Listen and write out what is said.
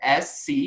SC